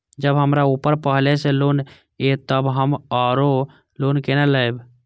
जब हमरा ऊपर पहले से लोन ये तब हम आरो लोन केना लैब?